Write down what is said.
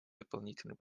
дополнительный